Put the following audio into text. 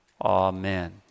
amen